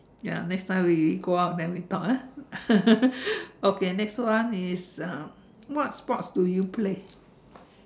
ya next time we go out then we talk ah okay next one is um what sports do you play